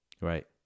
right